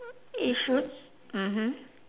it should mmhmm